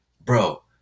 bro